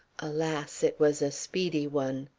alas! it was a speedy one.